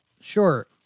sure